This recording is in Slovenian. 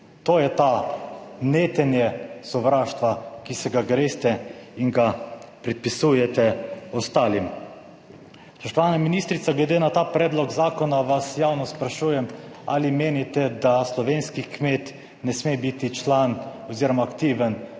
To je ta v netenje sovraštva, ki se ga greste in ga pripisujete ostalim. Spoštovana ministrica, glede na ta predlog zakona vas javno sprašujem ali menite, da slovenski kmet ne sme biti član oziroma aktiven